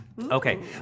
Okay